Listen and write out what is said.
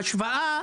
זאת בהשוואה